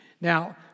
now